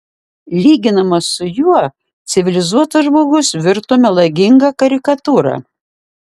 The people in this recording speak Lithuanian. lyginamas su juo civilizuotas žmogus virto melaginga karikatūra